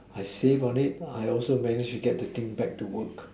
I save on it I also managed to get the thing back to work